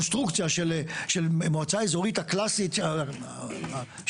הקונסטרוקציה של מועצה אזורית הקלאסית היהודית,